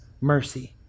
mercy